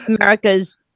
America's